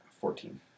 Fourteen